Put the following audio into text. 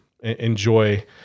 enjoy